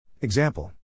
Example